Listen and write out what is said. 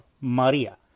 Maria